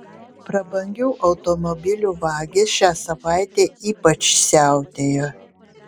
prabangių automobilių vagys šią savaitę ypač siautėjo